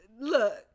look